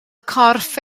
corff